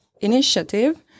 initiative